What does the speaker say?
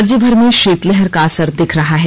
राज्य में शीतलहर का असर दिख रहा है